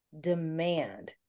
demand